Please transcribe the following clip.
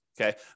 Okay